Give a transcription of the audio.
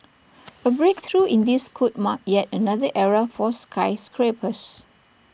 A breakthrough in this could mark yet another era for skyscrapers